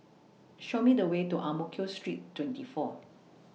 Show Me The Way to Ang Mo Kio Street twenty four